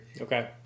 Okay